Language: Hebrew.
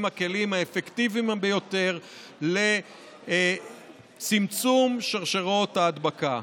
הכלים האפקטיביים ביותר לצמצום שרשרות ההדבקה.